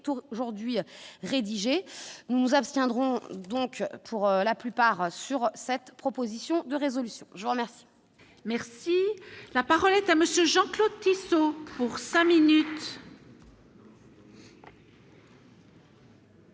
aujourd'hui rédigé, nous nous abstiendrons donc pour la plupart sur cette proposition de résolution, je vous remercie.